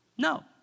No